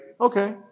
Okay